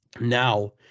now